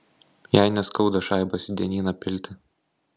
jai neskauda šaibas į dienyną pilti